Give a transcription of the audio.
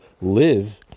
live